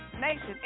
Nation